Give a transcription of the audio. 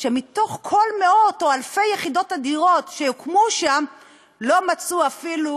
כשמתוך כל מאות או אלפי הדירות שיוקמו שם לא מצאו אפילו